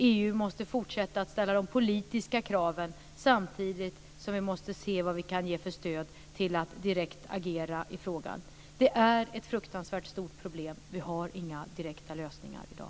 EU måste fortsätta att ställa de politiska kraven, samtidigt som vi måste se vad vi kan ge för stöd vad gäller att direkt agera i frågan. Det är ett fruktansvärt stort problem. Vi har inga direkta lösningar i dag.